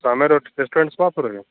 समय rest restaurant कहाँ पर है